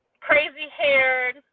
crazy-haired